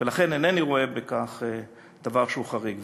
ולכן אינני רואה בכך דבר שהוא חריג.